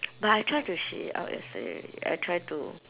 but I try to shit it out yesterday already I try to